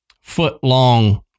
foot-long